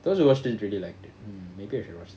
those who watched it really like it hmm maybe I should watch it